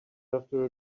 after